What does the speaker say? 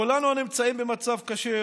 כולנו נמצאים במצב קשה.